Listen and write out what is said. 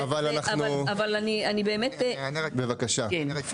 אבל אנחנו --- אבל, אני באמת --- אני אענה רק.